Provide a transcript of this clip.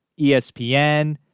ESPN